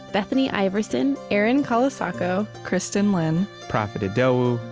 bethany iverson, erin colasacco, kristin lin, profit idowu,